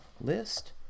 list